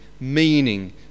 meaning